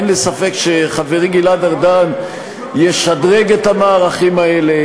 אין לי ספק שחברי גלעד ארדן ישדרג את המערכים האלה,